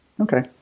Okay